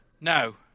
No